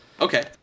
Okay